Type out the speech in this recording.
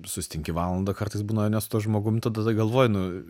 susitinki valandą kartais būna ne su tuo žmogum tai tada galvoji nu